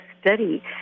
study